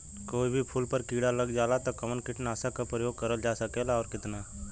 कोई भी फूल पर कीड़ा लग जाला त कवन कीटनाशक क प्रयोग करल जा सकेला और कितना?